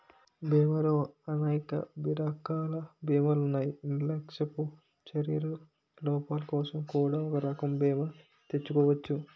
బీమాలో అనేక రకాల బీమాలున్నాయి నిర్లక్ష్యపు చర్యల లోపాలకోసం కూడా ఒక రకం బీమా చేసుకోచ్చు